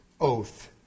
oath